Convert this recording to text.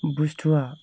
बुस्तुआ